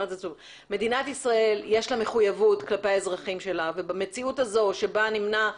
למדינת ישראל יש מחויבות כלפי האזרחים שלה ובמציאות הזו שבה נמנעת